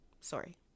sorry